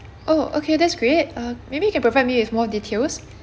oh okay that's great uh maybe you can provide me with more details